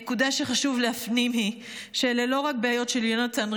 הנקודה שחשוב להפנים היא שאלה לא רק בעיות של יונתן,